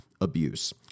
Abuse